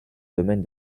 domaine